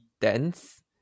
dense